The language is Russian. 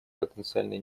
потенциальные